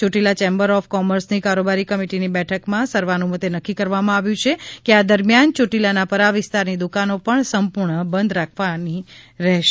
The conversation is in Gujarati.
ચોટીલા ચેમ્બર ઓફ કૉમર્સની કારોબારી કમિટીની બેઠક માં સર્વાનુમતે નક્કી કરવામાં આવ્યું છે કે આ દરમ્યાન ચોટીલાના પરા વિસ્તારની દુકાનો પણ સંપૂર્ણ બંધ રાખવાની રહેશે